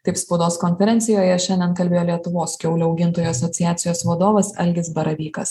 taip spaudos konferencijoje šiandien kalbėjo lietuvos kiaulių augintojų asociacijos vadovas algis baravykas